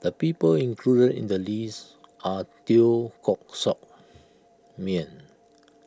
the people included in the list are Teo Koh Sock Miang